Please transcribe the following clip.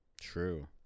True